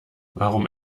warum